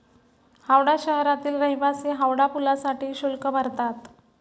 हावडा शहरातील रहिवासी हावडा पुलासाठी शुल्क भरतात